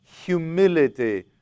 humility